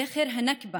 זכר הנכבה